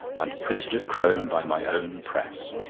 and printed at crome by my own press.